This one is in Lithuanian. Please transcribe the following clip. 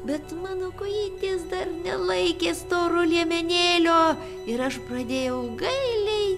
bet mano kojytės dar nelaikė storo liemenėlio ir aš pradėjau gailiai